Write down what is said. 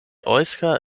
eŭska